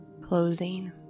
closing